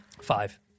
Five